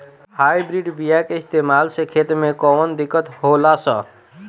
Hybrid बीया के इस्तेमाल से खेत में कौन दिकत होलाऽ?